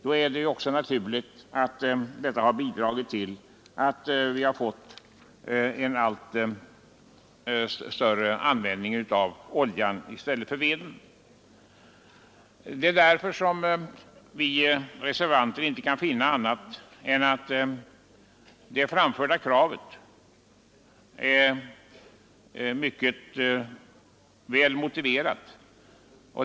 Detta har naturligt nog bidragit till en ökad användning av olja i stället för ved. Vi reservanter kan inte finna annat än att det framförda kravet är mycket väl motiverat.